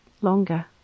longer